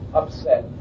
upset